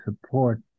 support